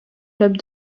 club